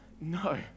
No